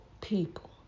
people